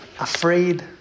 afraid